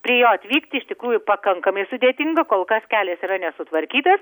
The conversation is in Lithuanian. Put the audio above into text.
prie jo atvykti iš tikrųjų pakankamai sudėtinga kol kas kelias yra nesutvarkytas